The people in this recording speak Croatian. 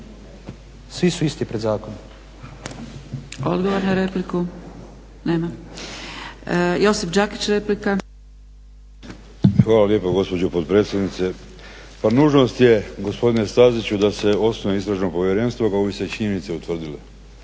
svi su isti pred zakonom.